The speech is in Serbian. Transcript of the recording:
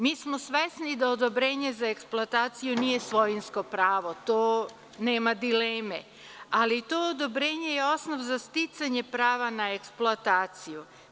Mi smo svesni da odobrenje za eksploataciju nije svojinsko pravo, to nema dileme, ali to odobrenje je osnov za sticanje prava na eksploataciju.